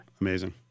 Amazing